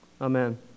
Amen